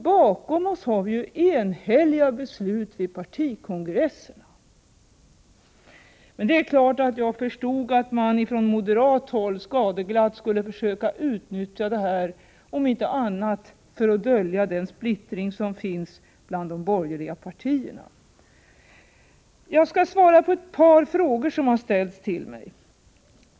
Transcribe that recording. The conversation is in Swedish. Bakom oss har vi dessutom enhälliga beslut vid partikongresserna. Men jag förstod att man på moderat håll skadeglatt skulle försöka utnyttja detta, om inte annat så för att dölja den splittring som råder bland de borgerliga partierna. Jag skall svara på ett par frågor som ställts till mig.